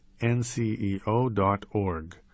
nceo.org